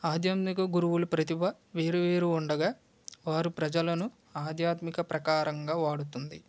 ఆధ్యాత్మిక గురువుల ప్రతిభ వేరువేరు ఉండగా వారు ప్రజలను ఆధ్యాత్మిక ప్రకారంగా వాడుతుంది